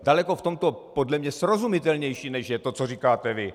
Daleko podle mě srozumitelnější, než je to, co říkáte vy.